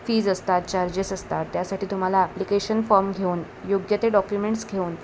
fees असतात charges असतात त्यासाठी तुम्हाला ॲप्लिकेशन फॉर्म घेऊन योग्य ते डॉक्युमेंट्स घेऊन